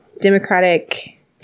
Democratic